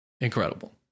incredible